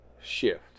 shift